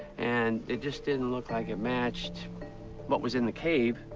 and it just didn't look like it matched what was in the cave.